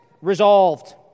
resolved